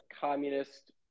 communist